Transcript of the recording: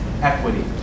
equity